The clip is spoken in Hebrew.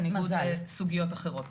בניגוד לסוגיות אחרות.